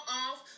off